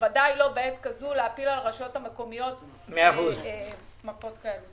בוודאי לא בעת הזאת להפיל על הרשיוות המקומיות מכות כאלה.